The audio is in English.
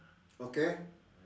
okay